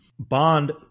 Bond